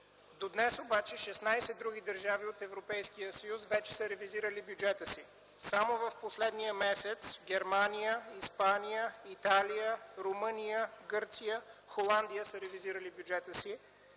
До днес обаче 16 други държави от Европейския съюз вече са ревизирали бюджетите си. Само през последния месец Германия, Испания, Италия, Румъния, Гърция и Холандия са ревизирали бюджетите си,